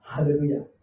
Hallelujah